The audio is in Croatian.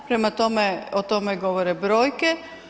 Prema tome o tome govore brojke.